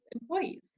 employees